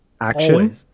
Action